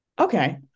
Okay